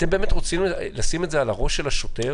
אתם באמת רוצים לשים את זה על הראש של השוטר,